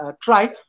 try